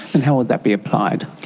and how will that be applied?